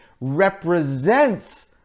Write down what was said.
represents